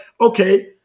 okay